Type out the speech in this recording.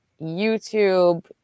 YouTube